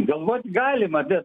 galvot galima bet